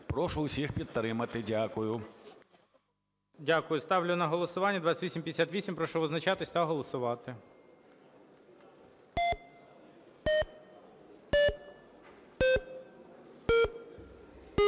Прошу всіх підтримати. Дякую. ГОЛОВУЮЧИЙ. Дякую. Ставлю на голосування 2858. Прошу визначатись та голосувати.